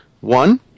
one